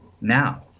now